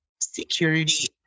security